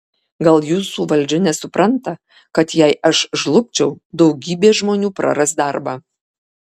gal jūsų valdžia nesupranta kad jei aš žlugčiau daugybė žmonių praras darbą